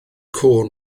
cŵn